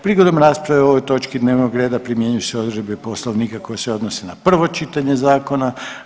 Prigodom rasprave o ovoj točki dnevnog reda primjenjuju se odredbe Poslovnika koje se odnose na prvo čitanje zakona.